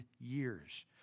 years